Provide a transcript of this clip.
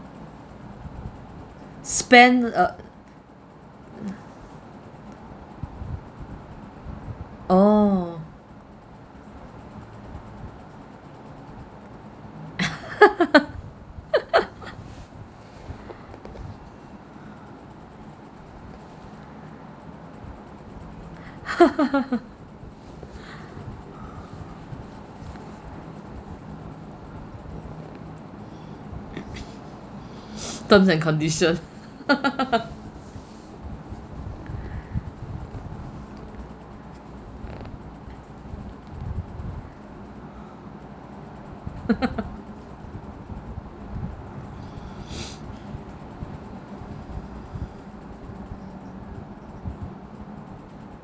spent uh oo terms and conditions